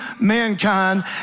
mankind